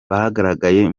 bagaragaye